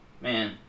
Man